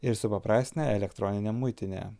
ir supaprastina elektroninę muitinę